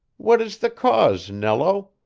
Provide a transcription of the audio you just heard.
what is the cause, nello?